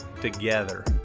together